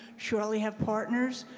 surely have partners.